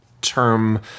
term